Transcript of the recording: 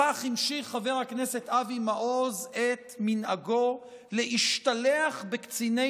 בכך המשיך חבר הכנסת אבי מעוז את מנהגו להשתלח בקציני